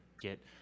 get